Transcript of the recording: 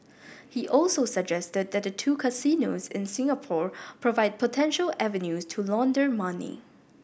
he also suggested that the two casinos in Singapore provide potential avenues to launder money